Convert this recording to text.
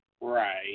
right